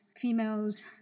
females